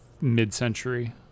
mid-century